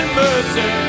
mercy